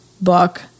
book